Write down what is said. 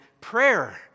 prayer